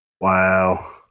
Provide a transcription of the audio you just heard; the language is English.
wow